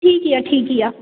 ठीक यऽ ठीक यऽ